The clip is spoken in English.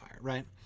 right